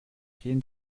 gehen